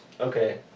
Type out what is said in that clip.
Okay